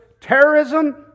terrorism